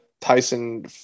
Tyson